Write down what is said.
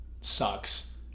sucks